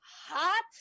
hot